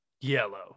yellow